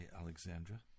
Alexandra